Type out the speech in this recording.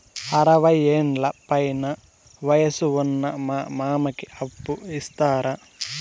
అరవయ్యేండ్ల పైన వయసు ఉన్న మా మామకి అప్పు ఇస్తారా